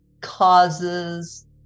causes